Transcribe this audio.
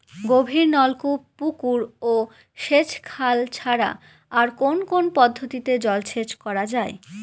গভীরনলকূপ পুকুর ও সেচখাল ছাড়া আর কোন কোন পদ্ধতিতে জলসেচ করা যায়?